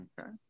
Okay